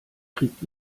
kriegt